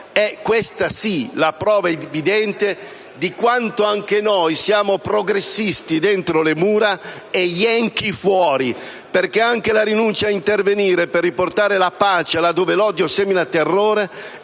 questa sì - la prova evidente di quanto anche noi siamo progressisti dentro le mura e *yankee* fuori, perché anche la rinuncia ad intervenire per riportare la pace laddove l'odio semina terrore